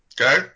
Okay